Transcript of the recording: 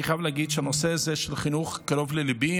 אני חייב להגיד שהנושא הזה של חינוך קרוב לליבי,